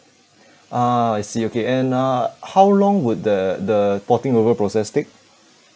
ah I see okay and uh how long would the the porting over process take